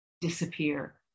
disappear